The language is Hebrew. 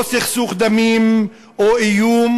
לא סכסוך דמים או איום,